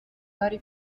vari